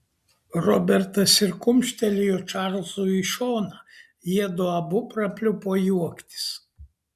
robertas ir kumštelėjo čarlzui į šoną jiedu abu prapliupo juoktis